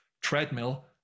treadmill